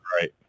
right